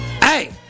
Hey